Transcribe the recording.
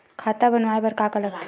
खाता बनवाय बर का का लगथे?